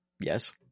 Yes